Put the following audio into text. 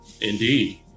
Indeed